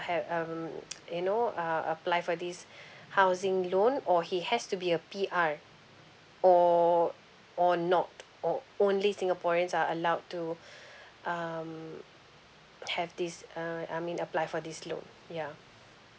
have um you know uh apply for this housing loan or he has to be a P_R or or not or only singaporeans are allowed to um have this uh I mean apply for this loan yeah